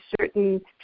certain